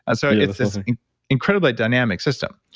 and so yeah it's this incredibly dynamic system.